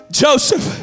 joseph